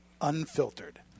unfiltered